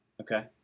Okay